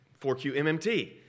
4QMMT